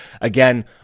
Again